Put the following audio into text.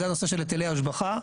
זה הנושא של היטלי השבחה.